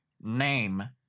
Name